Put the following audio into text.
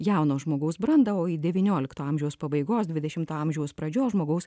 jauno žmogaus brandą o į devyniolikto amžiaus pabaigos dvidešimto amžiaus pradžios žmogaus